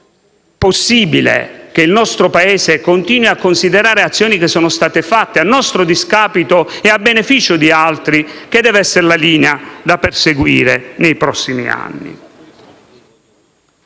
possibile che il nostro Paese continui a considerare azioni fatte a nostro discapito e a beneficio di altri come la linea da seguire nei prossimi anni.